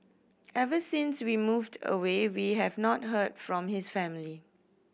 ever since we moved away we have not heard from his family